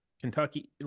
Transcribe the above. Kentucky